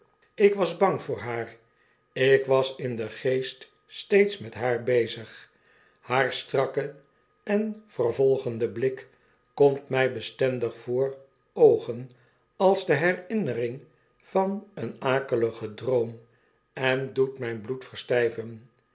ik was bang voor haar ik was in den geest steeds met haar bezig haar strakke en vervoigende blik komt my bestendig voor oogen als de herinnering van een akeligen droom en doet myn